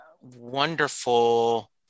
wonderful